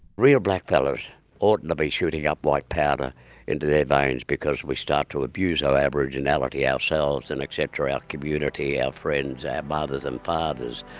real black fellas oughtn't to be shooting up white powder into their veins because we start to abuse our aboriginality ourselves, and et cetera, our community, our friends, our mothers and fathers,